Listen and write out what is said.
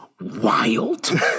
wild